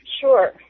Sure